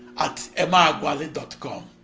at emeagwali but com.